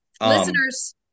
Listeners